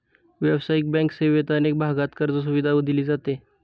व्यावसायिक बँक सेवेत अनेक भागांत कर्जसुविधा दिली जाते